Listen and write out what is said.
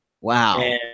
Wow